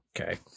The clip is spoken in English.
okay